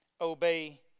obey